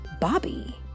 Bobby